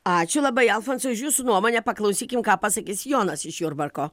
ačiū labai alfonsai už jūsų nuomonę paklausykim ką pasakys jonas iš jurbarko